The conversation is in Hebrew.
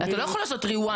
אתה לא יכול לעשות rewind.